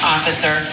officer